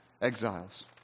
exiles